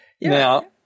Now